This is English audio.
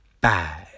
bad